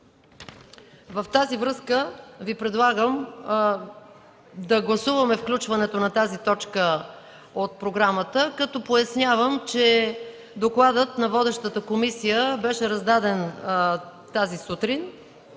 с това Ви предлагам да гласуваме включването на тази точка в програмата. Пояснявам, че докладът на водещата комисия беше раздаден тази сутрин,